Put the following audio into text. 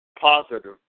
positive